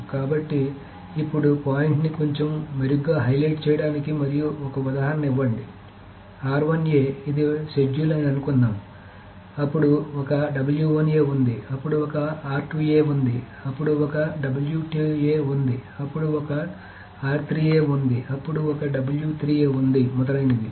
కాబట్టి ఇప్పుడు పాయింట్ని కొంచెం మెరుగ్గా హైలైట్ చేయడానికి మరియు ఒక ఉదాహరణ ఇవ్వండి ఇది షెడ్యూల్ అని అనుకుందాం అప్పుడు ఒక ఉంది అప్పుడు ఒక ఉంది అప్పుడు ఒక ఉంది అప్పుడు ఒక ఉంది అప్పుడు ఒక ఉంది మొదలైనవి